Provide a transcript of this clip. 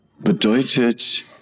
bedeutet